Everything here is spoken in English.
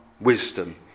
wisdom